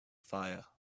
fire